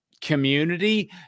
community